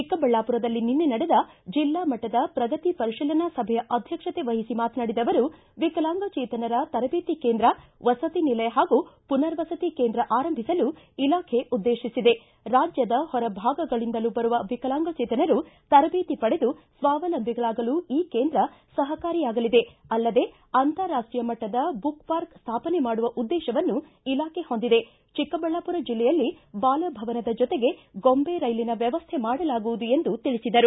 ಚಿಕ್ಕಬಳ್ಳಾಮರದ ನಿನ್ನೆ ನಡೆದ ಜಿಲ್ಲಾ ಮಟ್ಟದ ಪ್ರಗತಿ ಪರಿಶೀಲನಾ ಸಭೆಯ ಅಧ್ಯಕ್ಷತೆ ವಹಿಸಿ ಮಾತನಾಡಿದ ಅವರು ವಿಕಲಾಂಗಚೇತನರ ತರಬೇತಿ ಕೇಂದ್ರ ವಸತಿ ನಿಲಯ ಹಾಗೂ ಮನರ್ವಸತಿ ಕೇಂದ್ರ ಆರಂಭಿಸಲು ಇಲಾಖೆ ಉದ್ದೇಶಿಸಿದೆ ರಾಜ್ಯದ ಹೊರಭಾಗಗಳಿಂದಲೂ ಬರುವ ವಿಕಲಾಂಗಚೇತನರು ತರಬೇತಿ ಪಡೆದು ಸ್ವಾವಲಂಬಿಗಳಾಗಲು ಈ ಕೇಂದ್ರ ಸಹಕಾರಿಯಾಗಲಿದೆ ಅಲ್ಲದೆ ಅಂತಾರಾಷ್ಷೀಯ ಮಟ್ಟದ ಬುಕ್ ಪಾರ್ಕ್ ಸ್ಟಾಪನೆ ಮಾಡುವ ಉದ್ದೇಶವನ್ನು ಇಲಾಖೆ ಹೊಂದಿದೆ ಚಿಕ್ಕಬಳ್ಳಾಪುರ ಜೆಲ್ಲೆಯಲ್ಲಿ ಬಾಲಭವನದ ಜೊತೆಗೆ ಗೊಂಬೆ ರೈಲಿನ ವ್ಯವಸ್ಥೆ ಮಾಡಲಾಗುವುದು ಎಂದು ತಿಳಿಸಿದರು